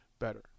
better